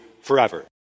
forever